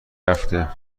هفته